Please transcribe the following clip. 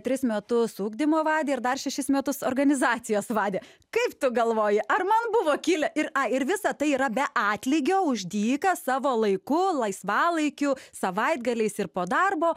tris metus ugdymo vadė ir dar šešis metus organizacijos vadė kaip tu galvoji ar man buvo kilę ir ir visa tai yra be atlygio už dyką savo laiku laisvalaikiu savaitgaliais ir po darbo